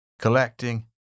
Collecting